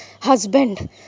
husband